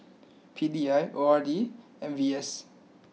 P D I O R D and V S